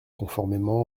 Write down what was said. conformément